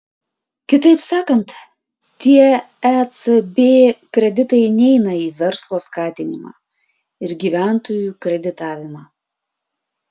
kitaip sakant tie ecb kreditai neina į verslo skatinimą ir gyventojų kreditavimą